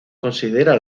considera